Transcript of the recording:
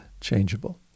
changeable